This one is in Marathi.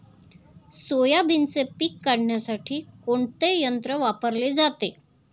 सोयाबीनचे पीक काढण्यासाठी कोणते यंत्र वापरले जाते?